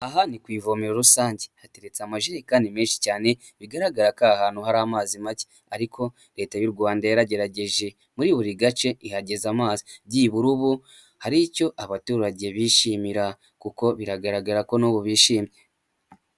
Aha ni ku ivomero rusange hateretse amajerikani menshi cyane bigaragara ko aha hantu hari amazi make ariko leta y'u Rwanda yaragerageje muri buri gace ihageza amazi. byibura ubu hari icyo abaturage bishimira kuko biragaragara ko ubu bishimye.